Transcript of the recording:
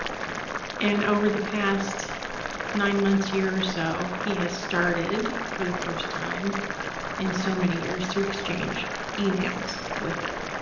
and over the past nine months, year or so, he has started, for the first time in so many years, to exchange e-mails with them.